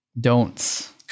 don'ts